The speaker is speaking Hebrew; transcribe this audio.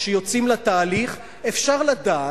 כשיוצאים לתהליך אפשר לדעת,